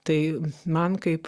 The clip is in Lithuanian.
tai man kaip